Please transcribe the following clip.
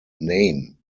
name